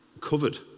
covered